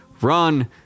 Run